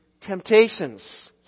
temptations